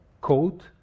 code